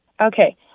Okay